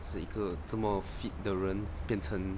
是一个这么 fit 的人变成